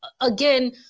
again